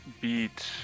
beat